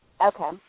Okay